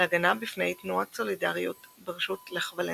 להגנה בפני תנועת סולידריות בראשות לך ואלנסה.